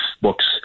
books